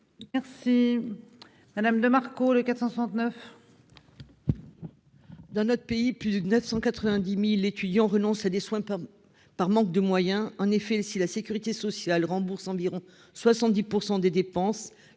Mme Monique de Marco. Dans notre pays, plus de 990 000 étudiants renoncent à des soins par manque de moyens. En effet, si la sécurité sociale rembourse environ 70 % des dépenses